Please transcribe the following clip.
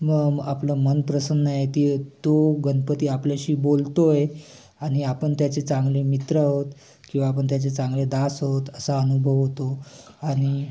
मम आपलं मन प्रसन्न आहे ती तो गणपती आपल्याशी बोलतो आहे आणि आपण त्याचे चांगले मित्र आहोत किंवा आपण त्याचे चांगले दास आहोत असा अनुभव होतो आणि